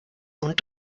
und